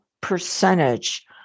percentage